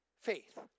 faith